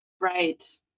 Right